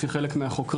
לפי חלק מהחוקרים,